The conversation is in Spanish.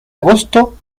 agosto